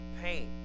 paint